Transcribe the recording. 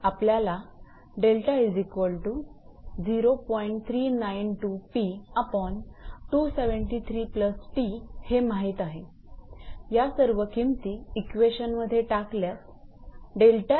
आपल्याला हे माहित आहे या किमती इक्वेशन मध्ये टाकल्यास 𝛿0